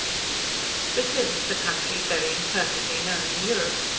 brazil is a country very imperfectly known in europe.